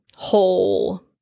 Whole